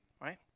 right